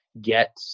get